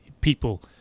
people